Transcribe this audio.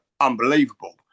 unbelievable